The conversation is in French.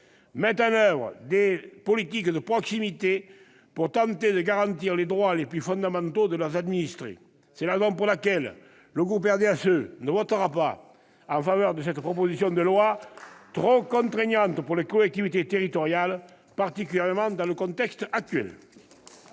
mettent en oeuvre des politiques de proximité pour tenter de garantir les droits les plus fondamentaux de leurs administrés. C'est la raison pour laquelle le groupe du RDSE ne votera pas en faveur de cette proposition de loi trop contraignante pour les collectivités territoriales, en particulier dans le contexte actuel.